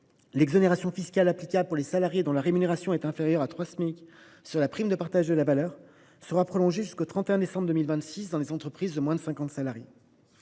l’exonération fiscale applicable aux salariés dont la rémunération est inférieure à 3 Smic pour ce qui est de la prime de partage de la valeur sera prolongée jusqu’au 31 décembre 2026 dans les entreprises de moins de 50 salariés.